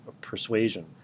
persuasion